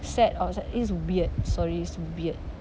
sad or it's weird sorry it's weird